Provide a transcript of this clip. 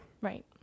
right